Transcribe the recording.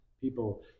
people